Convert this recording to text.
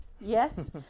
yes